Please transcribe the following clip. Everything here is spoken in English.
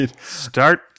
Start